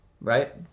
right